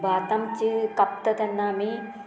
भात आमचें कापता तेन्ना आमी